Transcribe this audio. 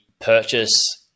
purchase